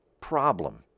problem